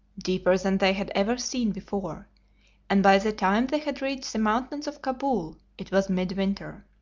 deeper than they had ever seen before and by the time they had reached the mountains of kabul it was midwinter.